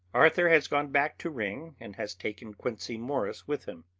arthur has gone back to ring, and has taken quincey morris with him.